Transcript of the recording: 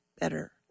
better